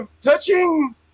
touching